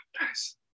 Nice